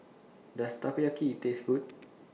Does Takoyaki Taste Good